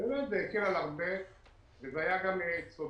וזה באמת הקל על הרבה וזה היה גם צודק.